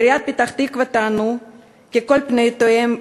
בעיריית פתח-תקווה טענו כי כל פניותיהם